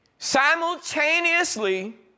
Simultaneously